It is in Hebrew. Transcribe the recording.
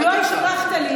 לא הפרכת,